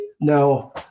Now